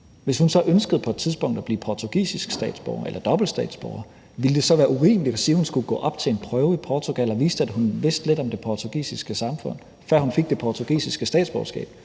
tidspunkt ønskede at blive portugisisk statsborger eller dobbeltstatsborger, ville det så være urimeligt at sige, at hun skulle gå op til en prøve i Portugal og vise, at hun vidste lidt om det portugisiske samfund, før hun fik det portugisiske statsborgerskab?